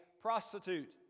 prostitute